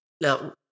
Now